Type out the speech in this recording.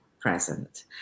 present